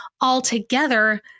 altogether